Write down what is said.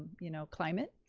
you know, climate,